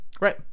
right